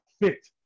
fit